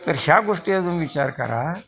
तर ह्या गोष्टीचा तुम्ही विचार करा